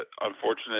unfortunate